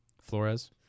Flores